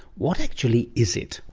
what actually is it?